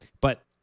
But-